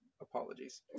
apologies